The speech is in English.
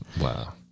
Wow